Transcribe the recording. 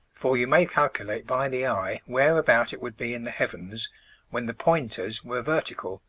for you may calculate by the eye whereabout it would be in the heavens when the pointers were vertical,